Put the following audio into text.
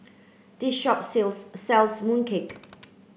this shop sells sells mooncake